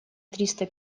триста